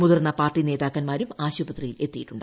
മുതിർന്ന പാർട്ടി നേതാക്കന്മാരും ആശുപത്രിയിൽ എത്തിയിട്ടുണ്ട്